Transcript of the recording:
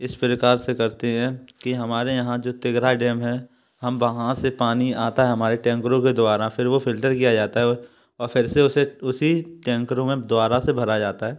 इस प्रकार से करते है कि हमारे यहाँ जो तेगरा डैम हैं हम वहाँ से पानी आता है हमारे टैंकरों के द्वारा फिर वो फ़िल्टर किया जाता है फ़िर से उसे उसी टैंकरों में दोबारा से भरा जाता है